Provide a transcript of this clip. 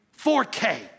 4K